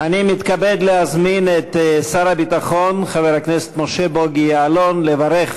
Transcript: אני מתכבד להזמין את שר הביטחון חבר הכנסת משה בוגי יעלון לברך